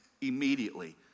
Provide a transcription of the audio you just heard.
immediately